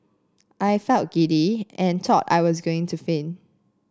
I felt giddy and thought I was going to faint